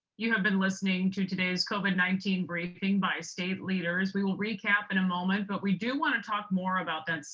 you have been listening to today's kovin nineteen briefing by state leaders we will recap in a moment but we do want to talk more about that